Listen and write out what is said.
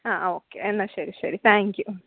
ആ ഓക്കെ എന്നാൽ ശരി ശരി താങ്ക് യൂ മ്മ്